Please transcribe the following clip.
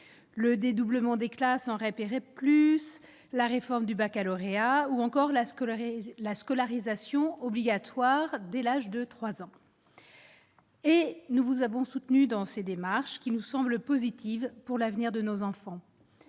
le dédoublement des classes ont repéré plus la réforme du Baccalauréat ou encore la scolarité, la scolarisation obligatoire dès l'âge de 3 ans et nous vous avons soutenu dans ses démarches, qui nous semble positive pour l'avenir de nos enfants,